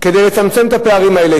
כדי לצמצם את הפערים האלה,